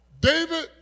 David